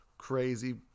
crazy